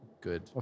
good